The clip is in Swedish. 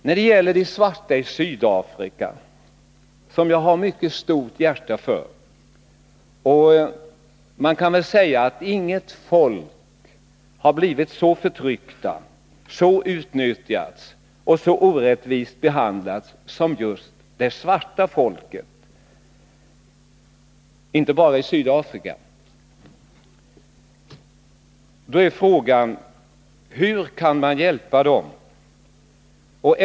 Jag har mycket stort hjärta för de svarta i Sydafrika, och man kan väl säga att inget folk har blivit så förtryckt och utnyttjat och behandlats så orättvist som just det svarta folket — inte bara i Sydafrika. Då är frågan: Hur kan man hjälpa dessa människor?